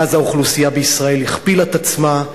מאז האוכלוסייה בישראל הכפילה את עצמה,